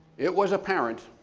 it was apparent